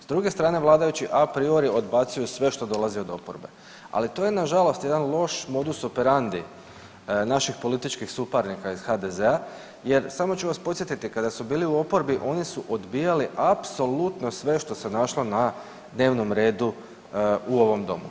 S druge strane vladajući, apriori odbacuju sve što dolazi od oporbe ali to je nažalost jedan loš modus operandi naših političkih suparnika iz HDZ-a jer samo ću vas podsjetiti, kada su bili u oporbi, oni su odbijali apsolutno sve što našlo na dnevnom redu u ovom domu.